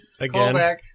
Callback